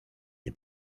nie